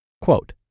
quote